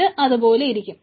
ഇത് അതുപോലെ ഇരിക്കും